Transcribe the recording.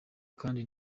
kandi